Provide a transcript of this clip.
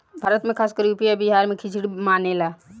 भारत मे खासकर यू.पी आ बिहार मे खिचरी मानेला